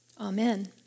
Amen